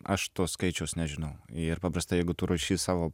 aš to skaičiaus nežinau ir paprastai jeigu tu ruoši savo